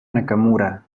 nakamura